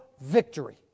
victory